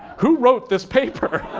who wrote this paper?